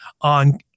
on